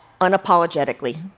unapologetically